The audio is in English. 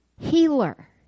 Healer